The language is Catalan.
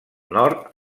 nord